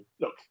look